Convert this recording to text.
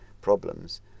problems